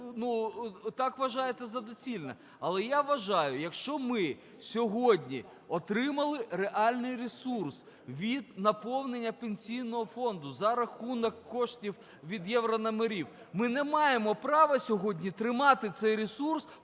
так вважаєте за доцільне. Але я вважаю, якщо ми сьогодні отримали реальний ресурс від наповнення Пенсійного фонду за рахунок коштів від єврономерів, ми не маємо права сьогодні тримати цей ресурс,